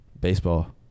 Baseball